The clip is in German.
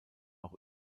auch